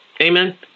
Amen